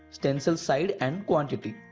stencil side, and quantity,